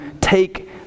take